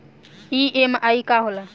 EMI का होला?